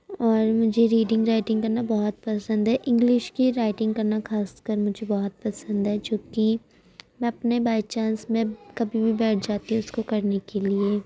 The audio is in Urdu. اور مجھے ریڈنگ رائٹنگ کرنا بہت پسند ہے انگلش کی رائٹنگ کرنا خاص کر مجھے بہت پسند ہے جو کہ میں اپنے بائی چانس میں کبھی بھی بیٹھ جاتی ہوں اس کو کرنے کے لیے